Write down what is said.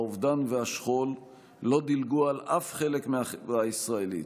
האובדן והשכול לא דילגו על אף חלק מהחברה הישראלית,